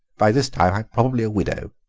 by this time i'm probably a widow.